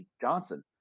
Johnson